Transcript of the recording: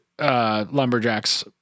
Lumberjacks